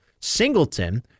Singleton